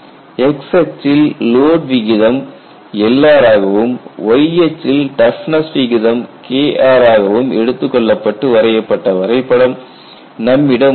x அச்சில் load விகிதம் Lr ஆகவும் y அச்சில் டஃப்னஸ் விகிதம் Kr ஆகவும் எடுத்துக்கொள்ளப்பட்டு வரையப்பட்ட வரைபடம் நம்மிடம் உள்ளது